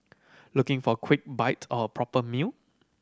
looking for a quick bite or a proper meal